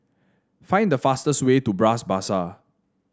find the fastest way to Bras Basah